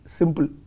simple